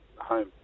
home